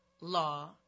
law